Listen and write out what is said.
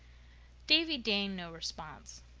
davy deigned no response.